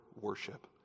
worship